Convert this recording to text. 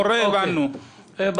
יש צורך?